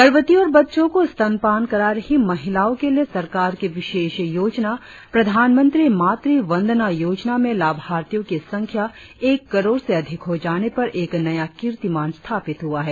गर्भवती और बच्चों को स्तनपान करा रही महिलाओं के लिए सरकार की विशेष योजना प्रधानमंत्री मातृ वंदना योजना में लाभार्थियों की संख्या एक करोड़ से अधिक हो जाने पर एक नया कीर्तिमान स्थापित हुआ है